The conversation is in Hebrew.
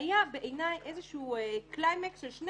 היה בעיניי איזשהו קליימקס של שני